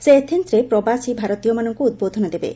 ସେ ଏଥେନ୍ନରେ ପ୍ରବାସୀ ଭାରତୀୟମାନଙ୍କୁ ଉଦ୍ବୋଧନ ଦେବେ